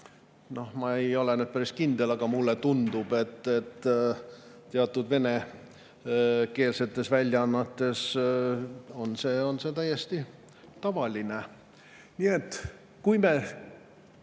Ma ei ole päris kindel, aga mulle tundub, et teatud venekeelsetes väljaannetes on see täiesti tavaline. Nii et kui me